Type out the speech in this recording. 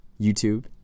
YouTube